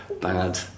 bad